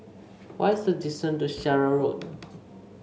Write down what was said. what is the distance to Syariah